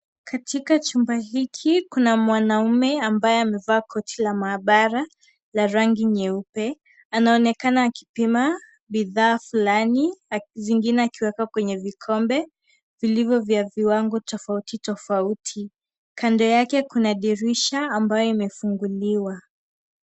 Katika chumba hiki kuna mwanaume ambaye amevaa koti la maabara la rangi nyeupe, anaonekana akipima bidhaa fulani, zingine akiweka kwenye vikombe vilivyo vya viwango tofauti tofauti. Kando yake kuna dirisha ambayo imefunguliwa.